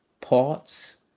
ports.